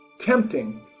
tempting